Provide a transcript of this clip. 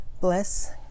bless